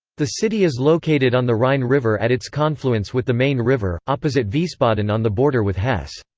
the city is located on the rhine river at its confluence with the main river, opposite wiesbaden on the border with hesse.